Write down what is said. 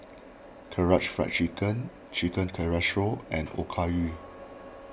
Karaage Fried Chicken Chicken Casserole and Okayu